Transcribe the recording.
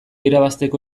irabazteko